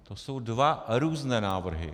To jsou dva různé návrhy.